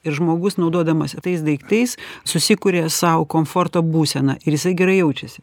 ir žmogus naudodamasi tais daiktais susikuria sau komforto būseną ir jisai gerai jaučiasi